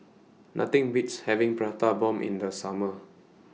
Nothing Beats having Prata Bomb in The Summer